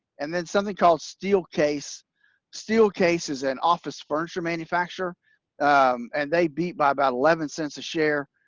and then something called steel case steel cases and office furniture manufacturer and they beat by about eleven cents a share.